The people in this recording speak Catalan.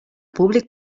públic